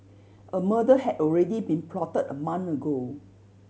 a murder had already been plotted a month ago